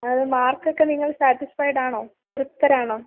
അത് മാർക്ക് ഒക്കെ നിങ്ങൾ സാറ്റിസ്ഫൈഡ് ആണോ തൃപ്തരാണോ